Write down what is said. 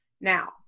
now